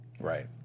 Right